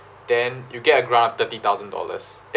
then you get a grant thirty thousand dollars